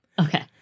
Okay